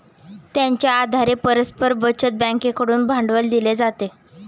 त्यांच्या आधारे परस्पर बचत बँकेकडून भांडवल दिले जाते